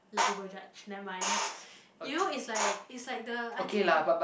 let people judge nevermind you know is like is like the I think in